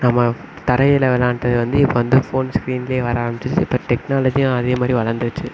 நம்ம தரையில் விளயாண்டது வந்து இப்போ வந்து ஃபோன் ஸ்க்ரீன்லே வர ஆரம்பிச்சிருச்சு இப்போ டெக்னாலஜியும் அதே மாதிரி வளந்துடுச்சி